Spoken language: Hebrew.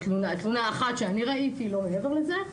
תלונה אחת שאני ראיתי, לא מעבר לזה.